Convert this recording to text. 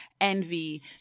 envy